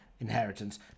inheritance